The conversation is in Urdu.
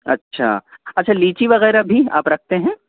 اچھا اچھا لییچی وغیرہ بھی آپ رکھتے ہیں